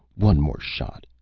one more shot,